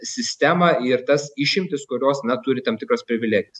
sistemą ir tas išimtis kurios na turi tam tikras privilegijas